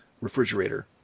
refrigerator